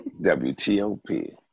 WTOP